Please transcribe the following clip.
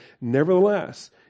Nevertheless